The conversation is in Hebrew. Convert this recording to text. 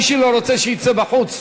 מי שלא רוצה, שיצא בחוץ.